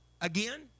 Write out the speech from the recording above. again